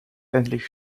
endlich